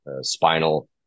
spinal